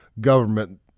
government